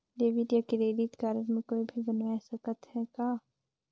Debit या credit card के कोई भी बनवाय सकत है का?